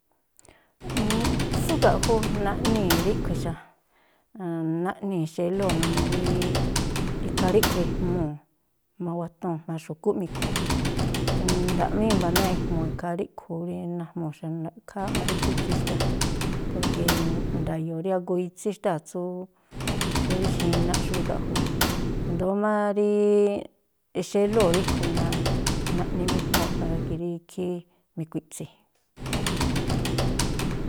tsú ga̱ꞌju naꞌnii̱ ríꞌkhui̱ xa, naꞌnii̱ xélóo̱ numuu rí ikhaa ríꞌkhui̱ ejmuu̱ mawatuu̱n jma̱a xu̱kúꞌ mi̱khuu̱n, nda̱ꞌ má i̱mba̱ náa̱ꞌ ejmuu̱, ikhaa ríꞌkhui̱ ú rí najmuu̱ xa. Ra̱ꞌkháá má rí phú ikhí xtáa̱, porke nda̱yo̱o̱ rí agoo itsí xtáa̱ tsú xú rí xinaꞌ, xú rí ga̱ꞌju jún. I̱ndóó má rí xélóo̱ ríꞌkhui̱ naꞌniméjúu̱nꞌ para ke rí ikhí mi̱kui̱ꞌtsi.